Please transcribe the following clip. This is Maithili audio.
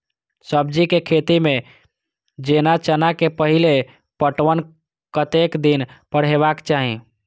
सब्जी के खेती में जेना चना के पहिले पटवन कतेक दिन पर हेबाक चाही?